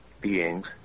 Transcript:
beings